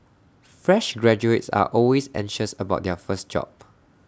fresh graduates are always anxious about their first job